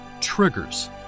triggers